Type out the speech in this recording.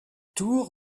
tour